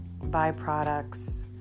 byproducts